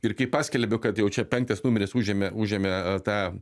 ir kai paskelbiu kad jau čia penktas numeris užėmė užėmė tą